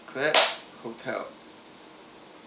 clap hotel